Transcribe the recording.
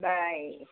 bye